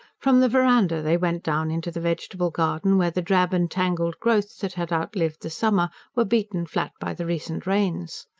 from the verandah they went down into the vegetable-garden, where the drab and tangled growths that had outlived the summer were beaten flat by the recent rains.